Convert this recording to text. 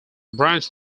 branch